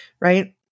right